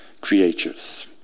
creatures